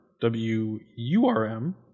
W-U-R-M